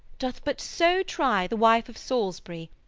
doth but so try the wife of salisbury,